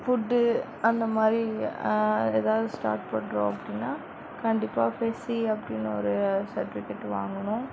food அந்த மாதிரி வேறு எதாவது ஸ்டார்ட் பண்ணுறோம் அப்படின்னா கண்டிப்பாக ஃபெஸ்ஸி அப்படினு ஒரு சர்ட்விகேட் வாங்கணும்